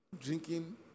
drinking